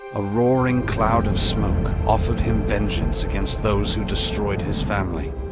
a roaring cloud of smoke offered him vengeance against those who destroyed his family.